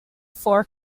four